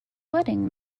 wedding